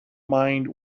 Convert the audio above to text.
mind